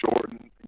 jordan